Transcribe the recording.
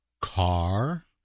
Car